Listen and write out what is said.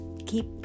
keep